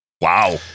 wow